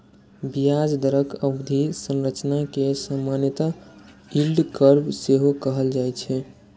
ब्याज दरक अवधि संरचना कें सामान्यतः यील्ड कर्व सेहो कहल जाए छै